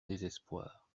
désespoir